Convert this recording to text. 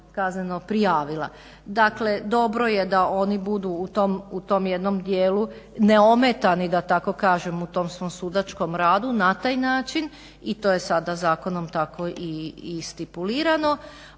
prijavila. Dakle dobro je da oni budu u tom jednom dijelu neometani da tako kažem u tom svom sudačkom radu na taj način i to je sada zakonom tako i stipulirano,